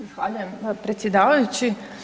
Zahvaljujem predsjedavajući.